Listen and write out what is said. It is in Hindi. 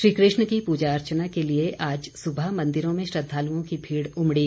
श्रीकृष्ण की पूजा अर्चना के लिए आज सुबह मंदिरों में श्रद्वालुओं की भीड़ उमड़ी